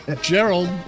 Gerald